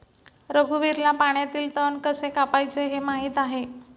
रघुवीरला पाण्यातील तण कसे कापायचे हे माहित आहे